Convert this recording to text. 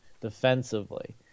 defensively